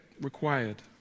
required